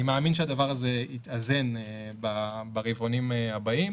אני מאמין שהדבר הזה יתאזן ברבעונים הבאים.